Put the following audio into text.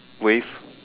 wave